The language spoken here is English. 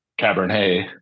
Cabernet